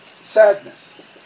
sadness